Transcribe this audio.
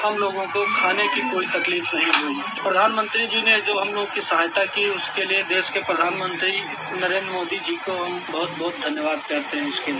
हम लोगों को खाने की कोई तकलीफ नहीं हुई प्रधानमंत्री जी ने जो हम लोगों की सहायता की इसके लिए देश के प्रधानमंत्री नरेंद्र मोदी जी को हम बहुत बहुत धन्यवाद करते हैं उसके लिए